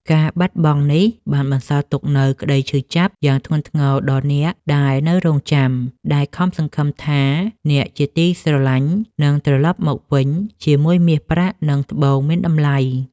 ការបាត់បង់នេះបានបន្សល់ទុកនូវក្តីឈឺចាប់យ៉ាងធ្ងន់ធ្ងរដល់អ្នកដែលនៅរង់ចាំ ដែលខំសង្ឃឹមថាអ្នកជាទីស្រឡាញ់នឹងត្រលប់មកវិញជាមួយមាសប្រាក់ និងត្បូងមានតម្លៃ។